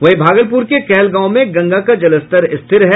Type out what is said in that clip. वहीं भागलपुर के कहलगांव में गंगा का जलस्तर स्थिर है